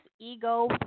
ego